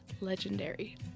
legendary